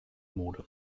mode